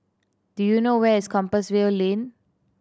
do you know where is Compassvale Lane